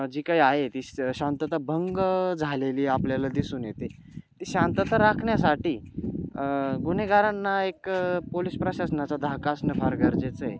जी काही आहे ती श शांतता भंग झालेली आपल्याला दिसून येते ती शांतता राखण्यासाठी गुन्हेगारांना एक पोलिस प्रशासनाचा धाक असणं फार गरजेचं आहे